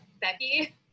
Becky